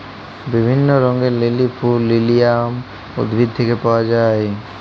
বিভিল্য রঙের লিলি ফুল লিলিয়াম উদ্ভিদ থেক্যে পাওয়া যায়